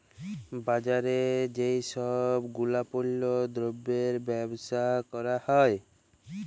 বাজারে যেই সব গুলাপল্য দ্রব্যের বেবসা ক্যরা হ্যয়